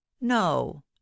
No